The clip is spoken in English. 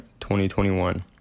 2021